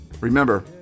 Remember